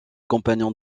compagnons